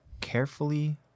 carefully